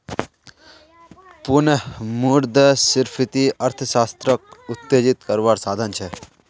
पुनः मुद्रस्फ्रिती अर्थ्शाश्त्रोक उत्तेजित कारवार साधन छे